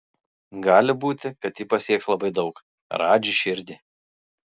gali būti kad ji pasieks labai daug radži širdį